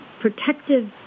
protective